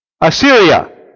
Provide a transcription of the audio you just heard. Assyria